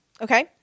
Okay